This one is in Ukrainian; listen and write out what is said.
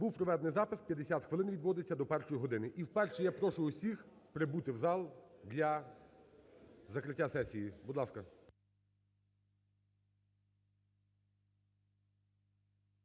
Був проведений запис. 50 хвилин відводиться до першої години і о першій я прошу усіх прибути в зал для закриття сесії, будь ласка.